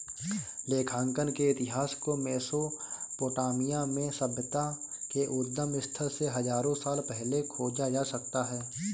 लेखांकन के इतिहास को मेसोपोटामिया में सभ्यता के उद्गम स्थल से हजारों साल पहले खोजा जा सकता हैं